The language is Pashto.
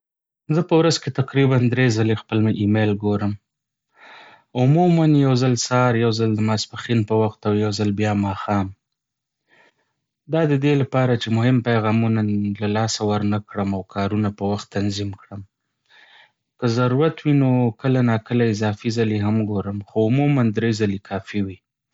زه په ورځ کې تقریبا درې ځلې خپل ایمیل ګورم. عموما، یو ځل سهار، یو ځل د ماسپښین په وخت، او یو ځل بیا ماښام. دا د دې لپاره چې مهم پیغامونه له لاسه ورنه کړم او کارونه پر وخت تنظیم کړم. که ضرورت وي نو کله نا کله اضافي ځلې هم ګورم، خو عموما درې ځلې کافي وي.